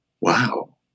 Wow